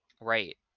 right